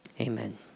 Amen